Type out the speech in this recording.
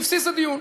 בבסיס הדיון.